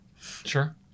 Sure